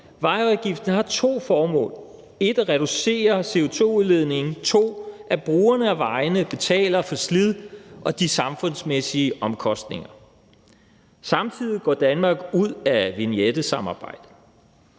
Vejafgiften har to formål: 1) at reducere CO2-udledningen, og 2) at brugerne af vejene betaler for slid og de samfundsmæssige omkostninger. Samtidig går Danmark ud af Eurovignettesamarbejdet.